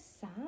sad